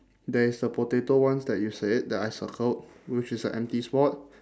there is the potato ones that you said that I circled which is a empty spot